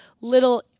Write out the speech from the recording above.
little